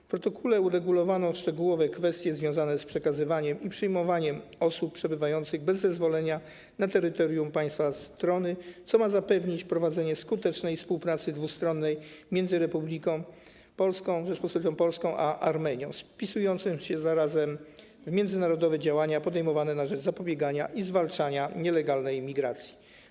W protokole uregulowano szczegółowe kwestie związane z przekazywaniem i przyjmowaniem osób przebywających bez zezwolenia na terytorium państwa strony, co ma zapewnić prowadzenie skutecznej współpracy dwustronnej między Rzecząpospolitą Polską a Armenią, wpisując się zarazem w międzynarodowe działania podejmowane na rzecz zapobiegania i zwalczania nielegalnej emigracji.